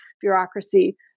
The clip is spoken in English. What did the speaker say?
bureaucracy